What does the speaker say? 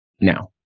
Now